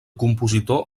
compositor